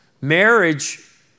Marriage